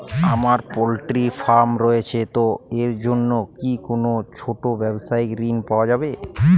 আমার poultry farm রয়েছে তো এর জন্য কি কোনো ছোটো ব্যাবসায়িক ঋণ পাওয়া যাবে?